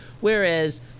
Whereas